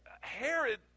Herod